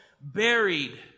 buried